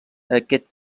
aquest